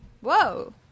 whoa